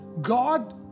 God